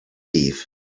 eve